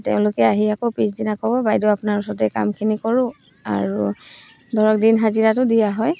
তেওঁলোকে আহি আকৌ পিছদিনা ক'ব বাইদেউ আপোনাৰ ওচৰতেই কামখিনি কৰোঁ আৰু ধৰক দিন হাজিৰাটো দিয়া হয়